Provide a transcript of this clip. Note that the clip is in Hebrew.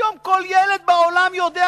היום כל ילד בעולם יודע,